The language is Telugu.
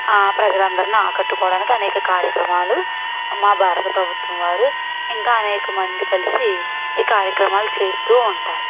ప్రజలందరినీ ఆకట్టుకోవడానికి అనేక కార్యక్రమాలు మా భారత ప్రభుత్వం వారు ఇంకా అనేక మంది కలిసి ఈ కార్యక్రమాలు చేస్తూ ఉంటారు